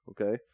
Okay